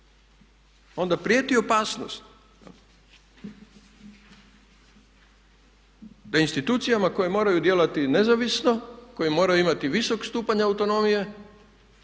onda prijeti opasnost na institucijama koje moraju djelovati nezavisno, koje moraju imati visok stupanj autonomije